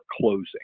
closing